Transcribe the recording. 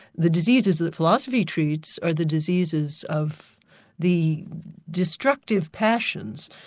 the diseases that philosophy treats are the diseases of the destructive passions,